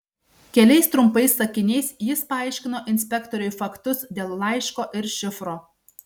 keliais trumpais sakiniais jis paaiškino inspektoriui faktus dėl laiško ir šifro